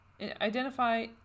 identify